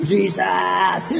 Jesus